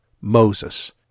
Moses